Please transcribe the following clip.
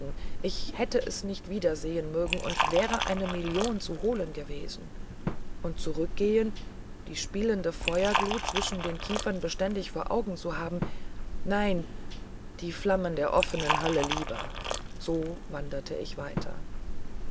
ich hätte es nicht wieder sehen mögen und wäre eine million zu holen gewesen und zurückgehen die spielende feuerglut zwischen den kiefern beständig vor augen haben nein die flammen der offenen hölle lieber so wanderte ich weiter